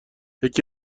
یکی